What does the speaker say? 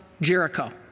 Jericho